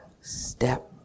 step